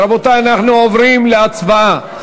רבותי, אנחנו עוברים להצבעה.